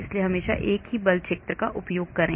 इसलिए हमेशा एक ही बल क्षेत्र का उपयोग करें